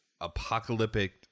apocalyptic